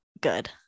good